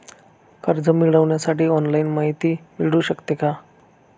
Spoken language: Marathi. कर्ज मिळविण्यासाठी ऑनलाईन माहिती मिळू शकते का?